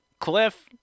Cliff